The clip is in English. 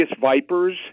Vipers